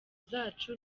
zacu